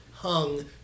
Hung